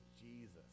Jesus